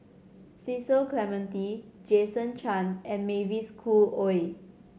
Cecil Clementi Jason Chan and Mavis Khoo Oei